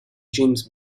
james